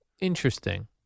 Interesting